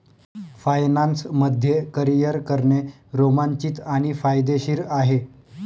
finance मध्ये career करणे रोमांचित आणि फायदेशीर आहे